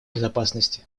безопасности